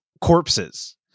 corpses